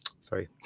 sorry